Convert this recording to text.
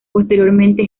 posteriormente